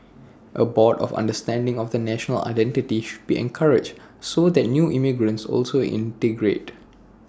A broad understanding of the national identity should be encouraged so that new emigrants also integrate